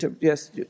Yes